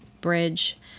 Bridge